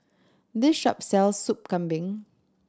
this shop sells Sup Kambing